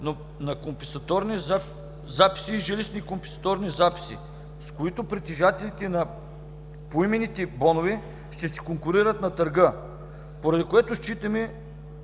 на компенсаторни записи и жилищни компенсаторни записи, с които притежателите на поименните компенсационни бонове ще се конкурират на търга. Поради това считаме